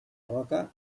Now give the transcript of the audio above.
roca